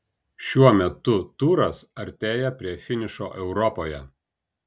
šiuo metu turas artėja prie finišo europoje